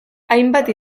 hainbat